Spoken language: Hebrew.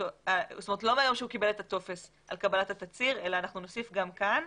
לא מהיום שהוא קיבל את הטופס על קבלת התצהיר אלא אנחנו נוסיף גם כאן,